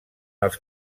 els